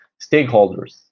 Stakeholders